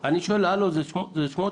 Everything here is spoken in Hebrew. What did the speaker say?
הלו, זה סמוטריץ'?